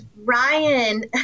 Ryan